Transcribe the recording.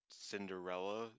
Cinderella